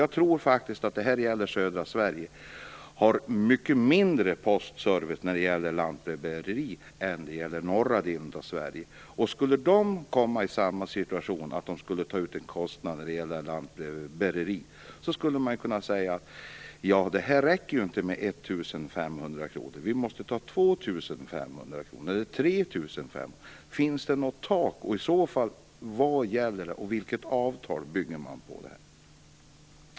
Jag tror faktiskt att södra Sverige har mycket mindre postservice i form av lantbrevbäreri än vad den norra delen av Sverige har. Skulle man i den norra delen av Sverige börja ta ut avgifter, skulle det inte räcka med 1 500 kr. Man skulle få ta 2 500 kr eller 3 500 kr. Finns det något tak, och vad gäller i så fall? Vilket avtal bygger man på?